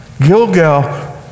Gilgal